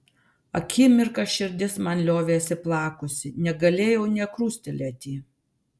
akimirką širdis man liovėsi plakusi negalėjau nė krustelėti